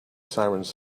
sirens